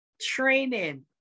training